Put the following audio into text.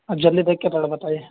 جلدی دیکھ کے ذرا بتائیے